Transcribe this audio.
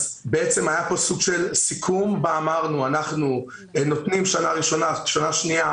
היה סוג של סיכום בו אמרנו שאנחנו נותנים שנה ראשונה ושנה שנייה